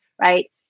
right